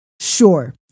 sure